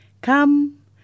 Come